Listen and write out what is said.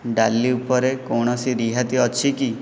ଡାଲି ଉପରେ କୌଣସି ରିହାତି ଅଛି କି